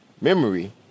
memory